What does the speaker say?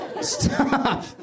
Stop